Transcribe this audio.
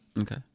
okay